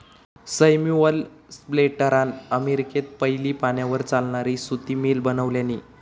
Samuel स्लेटरान अमेरिकेत पयली पाण्यार चालणारी सुती मिल बनवल्यानी